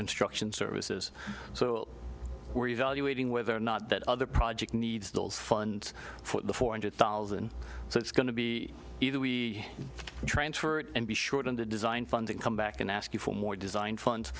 construction services so we're evaluating whether or not that other project needs those funds for the four hundred thousand so it's going to be either we transfer it and be short on the design funding come back and ask you for more design funds